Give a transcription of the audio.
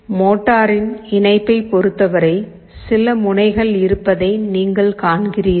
மோட்டரின் இணைப்பைப் பொறுத்தவரை சில முனைகள் இருப்பதை நீங்கள் காண்கிறீர்கள்